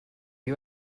you